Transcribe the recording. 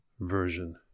version